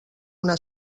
una